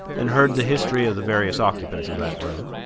and heard the history of the various occupants of that room